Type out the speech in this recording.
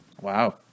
Wow